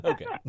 Okay